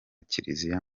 kiliziya